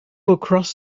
across